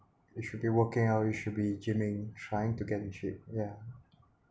you should be working out you should be gymming trying to get in shape yeah